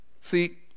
See